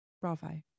bravo